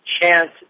chance